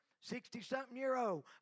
Sixty-something-year-old